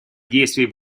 действий